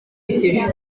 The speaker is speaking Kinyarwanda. ejo